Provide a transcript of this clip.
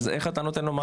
אז איך אתה נותן להם מענה?